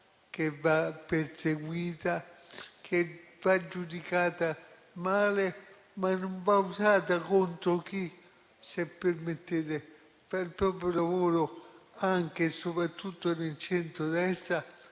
che va perseguita, che va giudicata male, ma non va usata contro chi, se permettete, fa il proprio lavoro anche e soprattutto nel centrodestra,